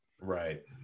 Right